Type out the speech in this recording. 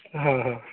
हा हा